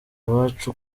abacu